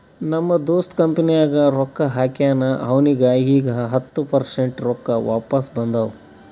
ನಮ್ ದೋಸ್ತ್ ಕಂಪನಿನಾಗ್ ರೊಕ್ಕಾ ಹಾಕ್ಯಾನ್ ಅವ್ನಿಗ ಈಗ್ ಹತ್ತ ಪರ್ಸೆಂಟ್ ರೊಕ್ಕಾ ವಾಪಿಸ್ ಬಂದಾವ್